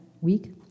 week